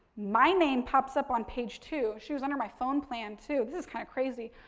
my name pops up on page two. she was under my phone plan, too. this is kind of crazy.